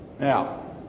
Now